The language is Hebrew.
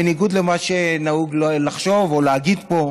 בניגוד למה שנהוג לחשוב או להגיד פה.